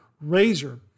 razor